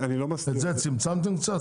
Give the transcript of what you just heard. את זה צמצמתם קצת?